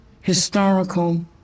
historical